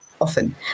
often